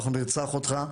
אנחנו נרצח אותך,